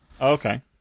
okay